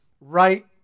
right